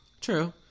True